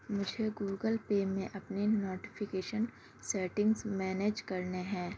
مجھے Google Pay میں اپنی نوٹیفیکیشن سیٹنگز مینیج کرنے ہیں